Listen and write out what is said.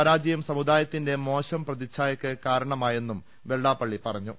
പരാജയം സമുദായത്തിന്റെ മോശം പ്രതിച്ഛായക്ക് കാരണമായെന്നും വെള്ളാപ്പള്ളി പറഞ്ഞു